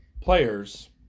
players